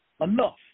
enough